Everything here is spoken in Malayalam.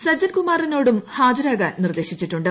സജ്ജൻകുമാറിനോടും ഹാജരാകാൻ നിർദ്ദേശിച്ചിട്ടുണ്ട്